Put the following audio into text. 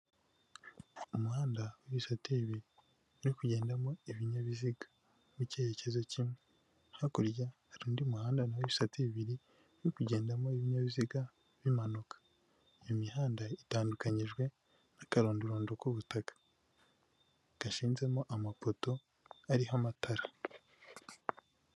Umuhanda w'ibisate bibiri uri kugendamo ibinyabiziga mu cyerekezo kimwe, hakurya hari undi muhanda nawo w'ibisate bibiri uri kugendamo ibinyabiziga bimanuka. Iyo mihanda itandukanyijwe n'akarondorodo k'ubutaka gashinzemo amapoto ariho amatara.